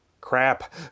crap